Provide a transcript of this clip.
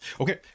Okay